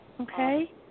Okay